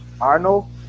Arnold